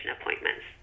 appointments